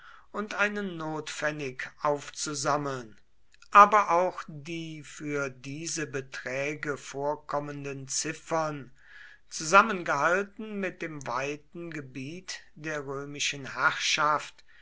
und einen notpfennig aufzusammeln aber auch die für diese beträge vorkommenden ziffern zusammengehalten mit dem weiten gebiet der römischen herrschaft